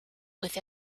with